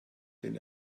den